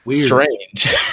strange